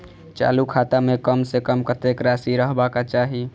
चालु खाता में कम से कम कतेक राशि रहबाक चाही?